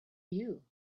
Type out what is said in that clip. you